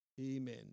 Amen